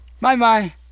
Bye-bye